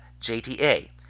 JTA